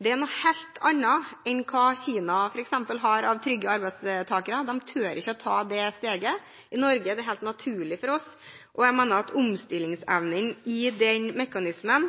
Det er noe helt annet enn hva Kina, f.eks., har av trygge arbeidstakere. De tør ikke ta det steget. Det er helt naturlig for oss i Norge. Jeg mener at omstillingsevnen i den mekanismen